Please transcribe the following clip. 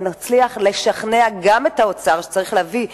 ונצליח לשכנע גם את האוצר שצריך להביא תקציבים.